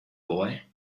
boy